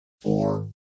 four